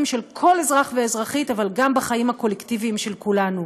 של כל אזרח ואזרחית אבל גם בחיים הקולקטיביים של כולנו.